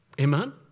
Amen